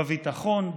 בביטחון,